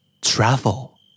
Travel